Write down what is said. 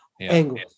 angle